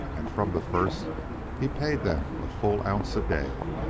and from the first he paid them a full ounce a day.